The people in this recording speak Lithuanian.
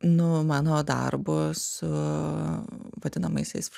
nu mano darbu su vadinamaisiais